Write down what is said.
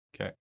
Okay